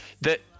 That-